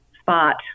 spot